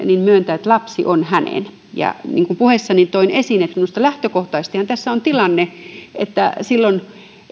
myöntää että lapsi on hänen niin kuin puheessani toin esiin minusta lähtökohtaisestihan tässä on tilanne se että silloin